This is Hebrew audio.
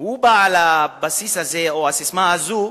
הוא בעל הבסיס הזה, או הססמה הזאת,